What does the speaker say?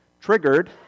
triggered